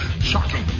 Shocking